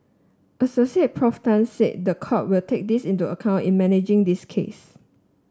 Assoc Prof Tan said the court will take this into account in managing this case